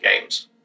games